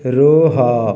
ରୁହ